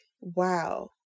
wow